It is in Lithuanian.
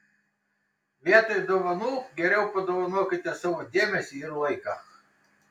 vietoj dovanų geriau padovanokite savo dėmesį ir laiką